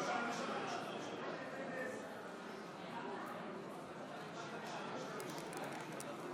להלן תוצאות ההצבעה: בעד, 50 חברי כנסת, נגד,